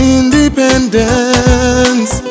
independence